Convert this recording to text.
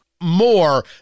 more